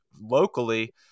locally